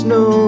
no